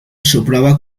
soplaba